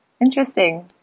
interesting